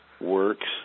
works